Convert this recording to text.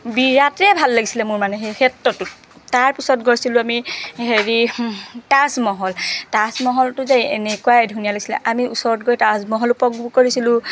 বিৰাটেই ভাল লাগিছিলে মোৰ মানে সেই ক্ষেত্ৰটোত তাৰপিছত গৈছিলো আমি হেৰি তাজমহল তাজমহলটো যে এনেকুৱাই ধুনীয়া লাগিছিলে আমি ওচৰত গৈ তাজমহল উপভোগ কৰিছিলো